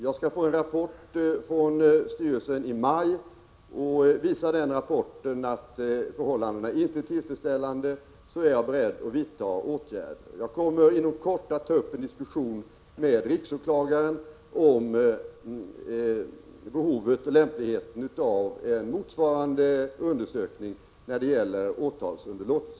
Jag skall få en rapport från styrelsen i maj, och om den visar att förhållandena inte är tillfredsställande är jag beredd att vidta åtgärder. Jag kommer inom kort att ta upp en diskussion med riksåklagaren om behovet och lämpligheten av en motsvarande undersökning när det gäller åtalsunderlåtelse.